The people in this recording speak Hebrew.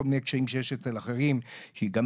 כל מיני קשיים שיש אצל אחרים כי גם